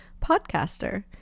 podcaster